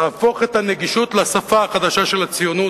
להפוך את הנגישות לשפה החדשה של הציונות,